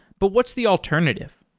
but what's the alternative?